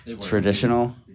traditional